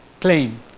claim